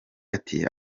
ati